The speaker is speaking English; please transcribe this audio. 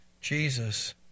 Jesus